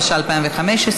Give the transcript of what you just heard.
התשע"ה 2015,